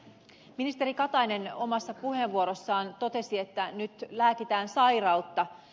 ministeri katainen omassa puheenvuorossaan totesi että nyt lääkitään sairautta